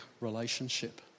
relationship